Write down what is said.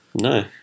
No